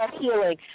healing